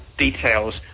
details